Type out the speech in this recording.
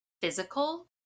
physical